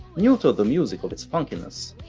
neutered the music of its funkiness,